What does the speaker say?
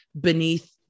beneath